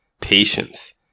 patience